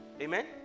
Amen